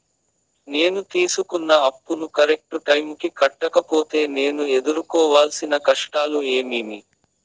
నేను తీసుకున్న అప్పును కరెక్టు టైముకి కట్టకపోతే నేను ఎదురుకోవాల్సిన కష్టాలు ఏమీమి?